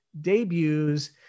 debuts